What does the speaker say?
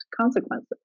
consequences